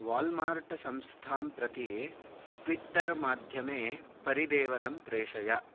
Walmart संस्थां प्रति Twitter माध्यमे परिदेवनं प्रेषय